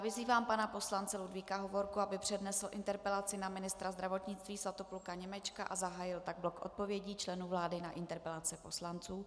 Vyzývám pana poslance Ludvíka Hovorku, aby přednesl interpelaci na ministra zdravotnictví Svatopluka Němečka a zahájil tak blok odpovědí členů vlády na interpelace poslanců.